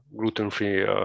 gluten-free